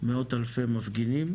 מאות אלפי מפגינים,